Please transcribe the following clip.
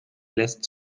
lässt